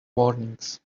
warnings